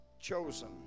chosen